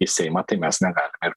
į seimą tai mes negalime ir